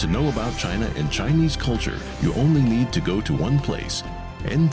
to know about china in chinese culture you need to go to one place ind